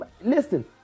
listen